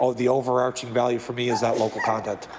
the over arching value for me is that local content